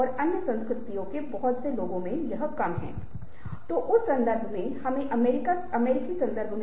अब हमने इसके बारे में पहले के सत्रों में बात की थी और यह एक प्रत्यक्ष अनुभव है